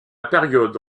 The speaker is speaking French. période